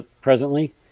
presently